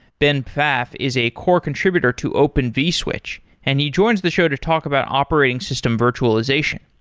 ben pfaff is a core contributor to open vswitch and he joins the show to talk about operating system virtualization.